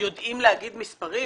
יודעים לומר מספרים?